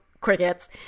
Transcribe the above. crickets